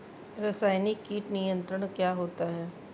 रसायनिक कीट नियंत्रण क्या होता है?